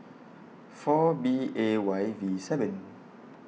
four B A Y V seven